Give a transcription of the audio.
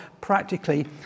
practically